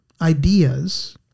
ideas